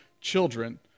children